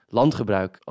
landgebruik